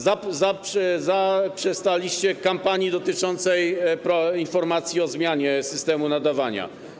Zaprzestaliście kampanii dotyczącej informacji o zmianie systemu nadawania.